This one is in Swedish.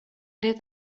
det